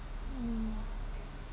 mm